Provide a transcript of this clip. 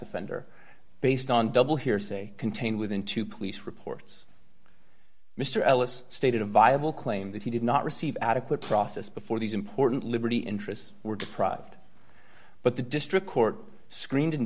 offender based on double hearsay contained within two police reports mr ellis stated a viable claim that he did not receive adequate process before these important liberty interests were deprived but the district court screened